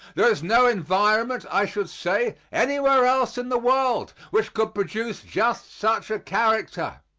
there is no environment, i should say, anywhere else in the world which could produce just such a character.